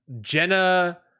jenna